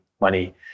money